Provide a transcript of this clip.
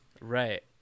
Right